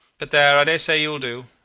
but there! i dare say you will do.